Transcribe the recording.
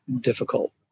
difficult